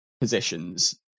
positions